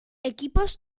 equipos